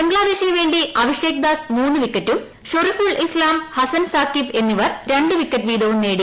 ബ്ല്റ്റ്റാദേശിനു വേണ്ടി അവിഷേക് ദാസ് മൂന്നു വിക്കറ്റും ഷൊറിഫുൾ ഇസ്താം പ്രഹ്സൻ സാക്കിബ് എന്നിവർ രണ്ടു വിക്കറ്റ് വീതവും നേടി